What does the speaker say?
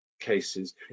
cases